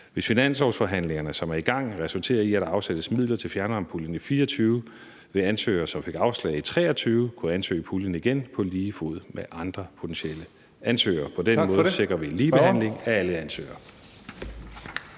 Hvis finanslovsforhandlingerne, som er i gang, resulterer i, at der afsættes midler til fjernvarmepuljen i 2024, vil ansøgere, som fik afslag i 2023, kunne ansøge puljen igen på lige fod med andre potentielle ansøgere. På den måde sikrer vi ligebehandling af alle ansøgere.